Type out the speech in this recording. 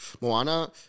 Moana